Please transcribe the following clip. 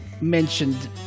mentioned